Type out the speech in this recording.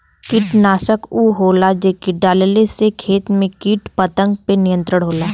कीटनाशक उ होला जेके डलले से खेत में कीट पतंगा पे नियंत्रण होला